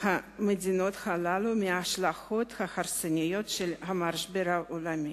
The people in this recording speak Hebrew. את המדינות הללו מההשלכות ההרסניות של המשבר העולמי.